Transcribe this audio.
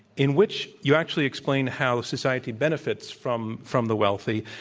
in which you actually explain how society benefits from from the wealthy.